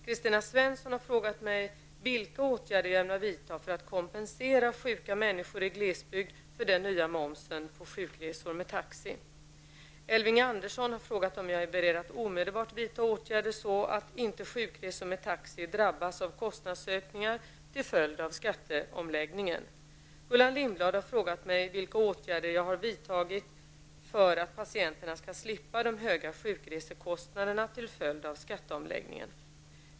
Kristina Svensson har frågat mig vilka åtgärder jag ämnar vidta för att kompensera sjuka människor i glesbygd för den nya momsen på sjukresor med taxi. Elving Andersson har frågat om jag är beredd att omedelbart vidta åtgärder så att inte sjukresor med taxi drabbas av kostnadsökningar till följd av skatteomläggningen. Gullan Lindblad har frågat mig vilka åtgärder jag har vidtagit för att patienterna skall slippa de höga sjukresekostnaderna till följd av skatteomläggningen.